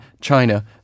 China